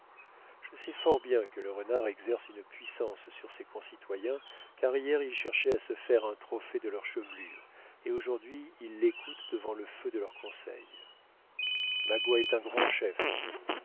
je sais fort bien que le renard exerce une puissance sur ses concitoyens car hier il cherchait à se faire un trophée de leurs chevelures et aujourd'hui ils l'écoutent devant le feu de leur conseil magua est un grand chef